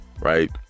right